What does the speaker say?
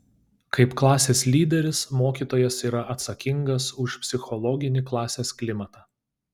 kaip klasės lyderis mokytojas yra atsakingas už psichologinį klasės klimatą